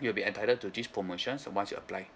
you'll be entitled to this promotion once you apply